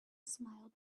smiled